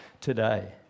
today